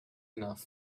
enough